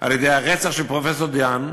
על-ידי הרצח של פרופסור דה-האן,